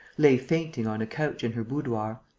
lay fainting on a couch in her boudoir.